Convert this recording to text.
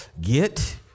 Get